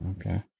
okay